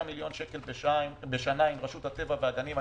מיליון שקלים בשנה עם רשות הטבע והגנים.